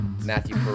Matthew